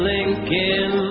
Lincoln